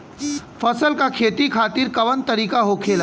फसल का खेती खातिर कवन तरीका होखेला?